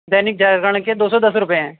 دینک جاگرن کے دو سو دس روپیے ہیں